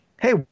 hey